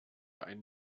ein